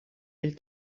ell